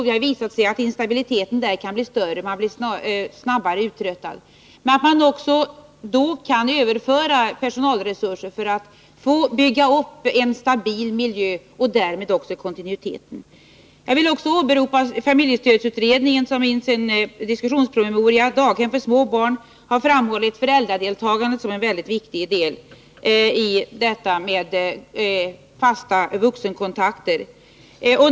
Det har visat sig att instabiliteten där kan bli större; man blir snabbare uttröttad. Man kan i sådana fall också överföra personalresurser för att bygga upp en stabil miljö och därmed också kontinuitet. Jag vill också åberopa familjestödsutredningen, som i sin diskussionspromemoria Daghem för småbarn har framhållit föräldradeltagandet som en viktig del när det gäller tanken på fasta vuxenkontakter.